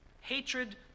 Hatred